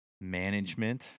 management